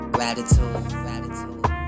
Gratitude